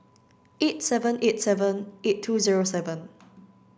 eight seven eight seven eight two zero seven